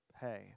pay